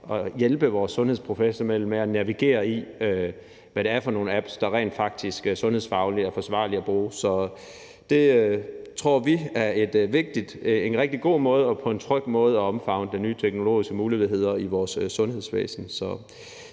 at hjælpe vores sundhedsprofessionelle med at navigere i, hvad det er for nogle apps, der rent faktisk er sundhedsfagligt forsvarlige at bruge. Så det tror vi er en rigtig god og tryg måde at omfavne de nye teknologiske muligheder i vores sundhedsvæsen